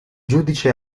giudice